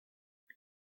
ils